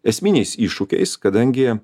esminiais iššūkiais kadangi